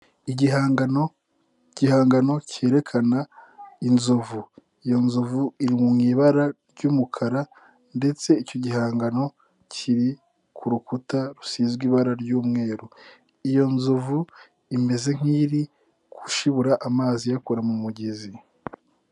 Igihangano, igihangano kerekana inzovu. Iyo nzovu iri mu ibara ry'umukara ndetse icyo gihangano kiri ku rukuta rusizwe ibara ry'umweru. Iyo nzovu imeze nk'iri gushibura amazi iyakura mu mugezi.